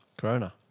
Corona